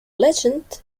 legend